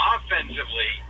Offensively